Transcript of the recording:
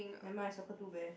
then mine is circle two bear